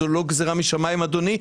זו לא גזירה משמיים, אדוני.